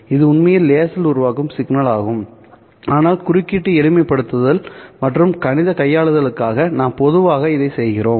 இது உண்மையில் லேசர் உருவாக்கும் சிக்னல் ஆகும் ஆனால் குறியீட்டு எளிமைப்படுத்தல் மற்றும் கணித கையாளுதலுக்காக நாம் பொதுவாக இதைச் செய்கிறோம்